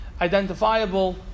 identifiable